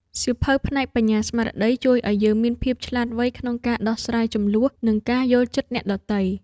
សៀវភៅផ្នែកបញ្ញាស្មារតី ជួយឱ្យយើងមានភាពឆ្លាតវៃក្នុងការដោះស្រាយជម្លោះ និងការយល់ចិត្តអ្នកដទៃ។